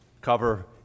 cover